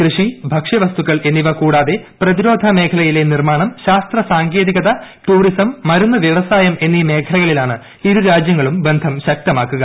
കൃഷി ഭക്ഷ്യവസ്തുക്കൾ എന്നിവ കൂടാതെ പ്രതിരോധ മേഖലയിലെ നിർമ്മാണം ശാസ്ത്ര സാങ്കേതികത ടൂറിസം മരുന്ന് വ്യവസായം എന്നീ മേഖലകളിലാണ് ഇരുരാജ്യങ്ങളും ബന്ധം ശക്തമാക്കുക